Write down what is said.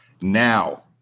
Now